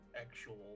Actual